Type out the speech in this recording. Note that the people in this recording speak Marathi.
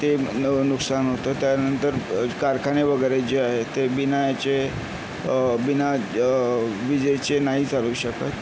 ते न नुकसान होतं त्यानंतर कारखाने वगैरे जे आहेत ते बिना याचे बिना विजेचे नाही चालू शकत